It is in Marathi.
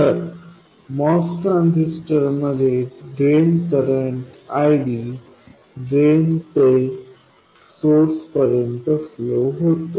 तर MOS ट्रान्झिस्टरमध्ये ड्रेन करंट ID ड्रेन ते सोर्स पर्यंत फ्लो होतो